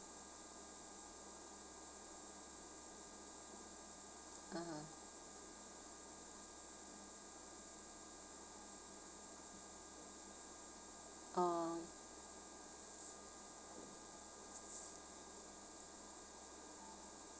(uh huh) oh